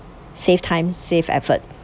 save time save effort